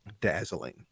dazzling